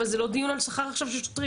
אבל זה לא דיון על שכר עכשיו של שוטרים.